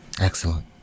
excellent